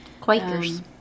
Quakers